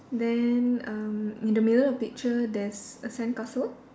then um in the middle of the picture there's a sandcastle